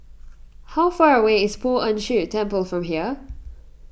how far away is Poh Ern Shih Temple from here